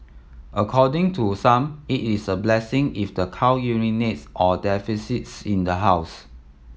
according to some it is a blessing if the cow urinates or defecates in the house